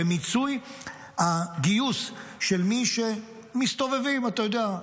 במיצוי הגיוס של מי שמסתובבים: אתה יודע,